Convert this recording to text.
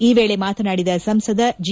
ಈ ವೇಳೆ ಮಾತನಾಡಿದ ಸಂಸದ ಜಿ